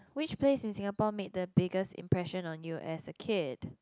which place in Singapore made the biggest impression on you as a kid